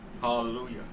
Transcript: hallelujah